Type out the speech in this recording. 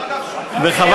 זה לא,